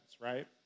right